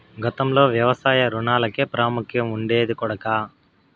గతంలో వ్యవసాయ రుణాలకే ప్రాముఖ్యం ఉండేది కొడకా